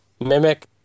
mimic